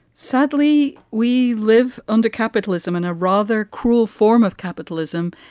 sadly, we live under capitalism in a rather cruel form of capitalism.